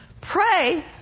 pray